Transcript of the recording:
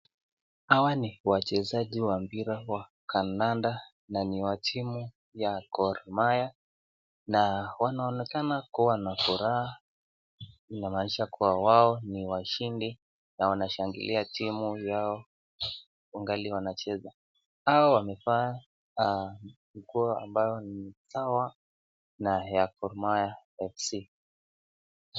Hawa ni wachesaji wa mpira ya kandanda naniya timu ya Gor mahia na wanaonekana kuwa na furaha kumanisha kuwa wao ni washidi na wanashangilia timu Yao angali wanacheza wao wamefaa nguo ambao ni tawa na ni ya Gor mahai ni Fc .